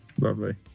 Lovely